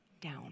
down